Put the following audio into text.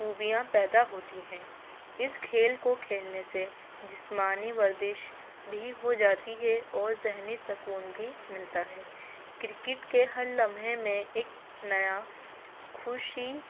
خوبیاں پیدا ہوتی ہیں اس کھیل کو کھیلنے سے جسمانی ورزش بھی ہو جاتی ہے اور ذہنی سکون بھی ملتا ہے کرکٹ کے ہر لمحے میں ایک نیا خوشی